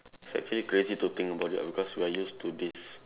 it's actually creative to think about it ah because we are used to this